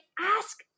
ask